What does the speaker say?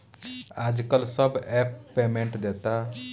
आजकल सब app payment देता